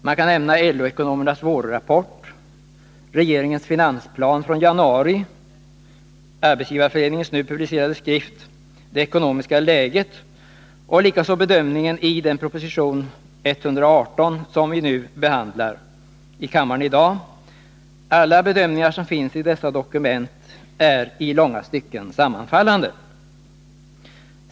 Man kan nämna LO-ekonomernas vårrapport, regeringens finansplan från januari, Arbetsgivareföreningens nu publicerade skrift Det ekonomiska läget och bedömningarna i regeringens proposition 118, som i dag behandlas i kammaren. Alla bedömningar som finns i dessa dokument är i långa stycken sammanfallande.